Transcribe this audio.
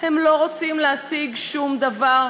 "הם לא רוצים להשיג שום דבר",